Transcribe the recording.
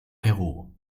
peru